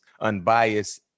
unbiased